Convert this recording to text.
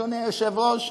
אדוני היושב-ראש,